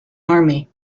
army